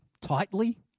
tightly